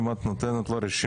כי אם את נותנת לו רשימה,